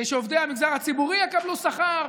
כדי שעובדי המגזר הציבורי יקבלו שכר.